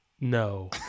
No